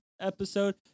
episode